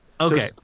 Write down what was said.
Okay